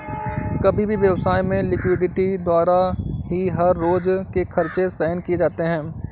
किसी भी व्यवसाय में लिक्विडिटी द्वारा ही हर रोज के खर्च सहन किए जाते हैं